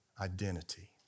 identity